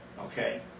Okay